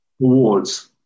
awards